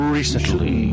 Recently